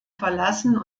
verlassen